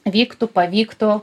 vyktų pavyktų